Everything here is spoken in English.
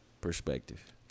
perspective